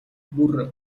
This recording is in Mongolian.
бүр